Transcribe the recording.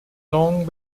long